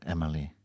Emily